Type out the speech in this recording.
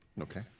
Okay